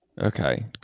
Okay